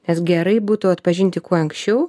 nes gerai būtų atpažinti kuo anksčiau